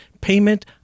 payment